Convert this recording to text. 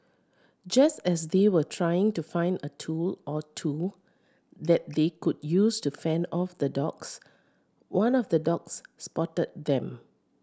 just as they were trying to find a tool or two that they could use to fend off the dogs one of the dogs spotted them